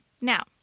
Now